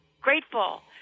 grateful